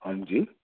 ہاں جی